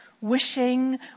wishing